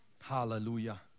Hallelujah